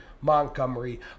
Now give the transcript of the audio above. Montgomery